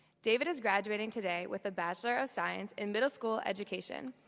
david is graduating today with a bachelor of science in middle school education.